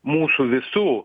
mūsų visų